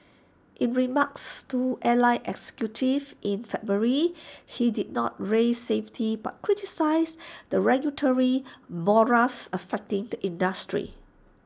in remarks to airline executives in February he did not raise safety but criticised the regulatory morass affecting the industry